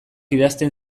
idazten